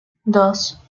dos